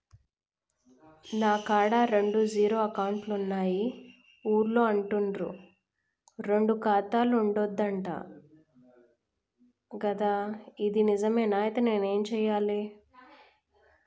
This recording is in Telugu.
నా కాడా రెండు జీరో అకౌంట్లున్నాయి ఊళ్ళో అంటుర్రు రెండు ఖాతాలు ఉండద్దు అంట గదా ఇది నిజమేనా? ఐతే నేనేం చేయాలే?